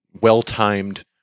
well-timed